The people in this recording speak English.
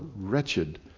wretched